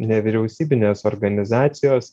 nevyriausybinės organizacijos